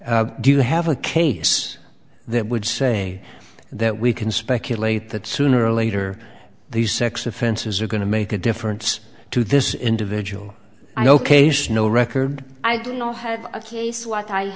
do you have a case that would say that we can speculate that sooner or later these sex offenses are going to make a difference to this individual no case no record i do not have a case what i